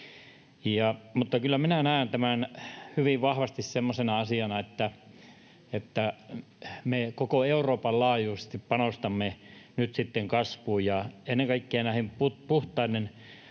Kyllä minä näen tämän hyvin vahvasti semmoisena asiana, että me koko Euroopan laajuisesti panostamme nyt sitten kasvuun, ja kun ennen kaikkea nämä puhtaiden